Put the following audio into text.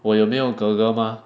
我也没有 girl girl mah